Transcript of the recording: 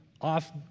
off